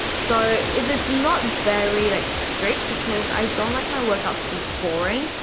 so, it it's not very, like, strict because i don't like my workouts to be boring.